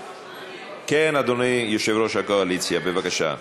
כן, אדוני, יושב-ראש הקואליציה, בבקשה.